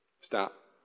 Stop